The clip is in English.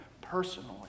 personally